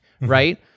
right